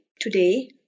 Today